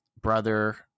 brother